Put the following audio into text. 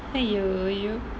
!aiyo! !aiyo!